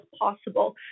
possible